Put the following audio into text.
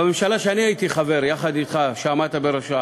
בממשלה שאני הייתי חבר בה יחד אתך, שעמדת בראשה,